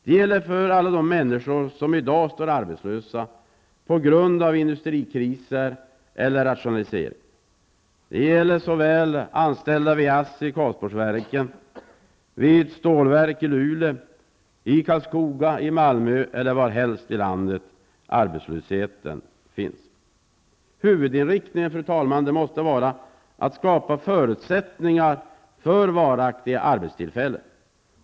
Det gäller för alla de människor som i dag står arbetslösa på grund av industrikriser eller rationalisering. Det gäller såväl anställda vid ASSI, Karlskoga, i Malmö eller varhelst i landet arbetslösheten finns. Huvudinriktningen måste vara att skapa förutsättningar för varaktiga arbetstillfällen.